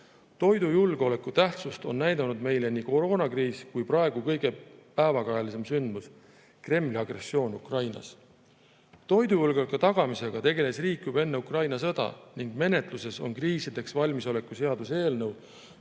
Toidujulgeoleku tähtsust on näidanud meile nii koroonakriis kui ka praegu kõige päevakajalisem sündmus, Kremli agressioon Ukrainas. Toidujulgeoleku tagamisega tegeles riik juba enne Ukraina sõda. Menetluses on kriisideks valmisoleku seaduse eelnõu,